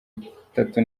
itatu